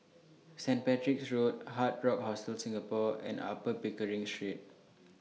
Saint Patrick's Road Hard Rock Hostel Singapore and Upper Pickering Street